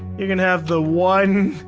you can have the one